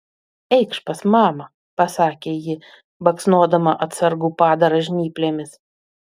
eikš pas mamą pasakė ji baksnodama atsargų padarą žnyplėmis